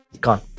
gone